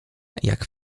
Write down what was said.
jak